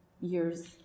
years